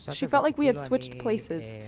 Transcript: so she felt like we had switched places.